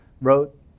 wrote